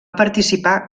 participar